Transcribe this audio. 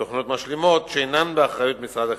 תוכנות משלימות, שאינן באחריות משרד החינוך.